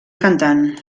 cantant